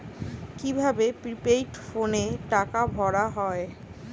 কি ভাবে প্রিপেইড ফোনে টাকা ভরা হয়?